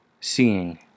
Seeing